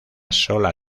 sola